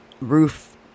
roof